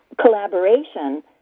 collaboration